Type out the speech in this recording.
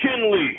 Kinley